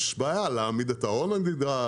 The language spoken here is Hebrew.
יש בעיה להעמיד את ההון הנדרש,